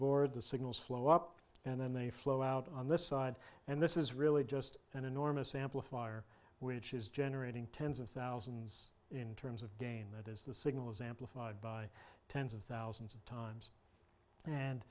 board the signals flow up and then they flow out on this side and this is really just an enormous amplifier which is generating tens of thousands in terms of gain that is the signal is amplified by tens of thousands of times and